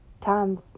Times